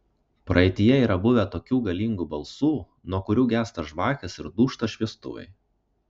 praeityje yra buvę tokių galingų balsų nuo kurių gęsta žvakės ir dūžta šviestuvai